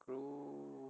um